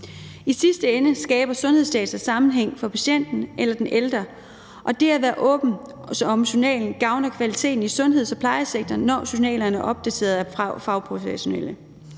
I sidste ende skaber sundhedsdata sammenhæng for patienten eller den ældre, og det at være åben – også om journalen – gavner kvaliteten i sundheds- og plejesektoren, når journalerne er opdateret af fagprofessionelle.